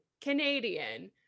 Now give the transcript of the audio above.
Canadian